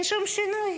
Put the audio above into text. אין שום שינוי.